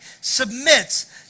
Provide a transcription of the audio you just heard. submits